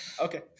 Okay